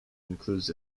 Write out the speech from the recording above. includes